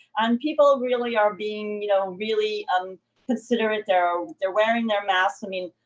and people really are being, you know, really um considerate. they're they're wearing their masks. i mean,